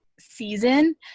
season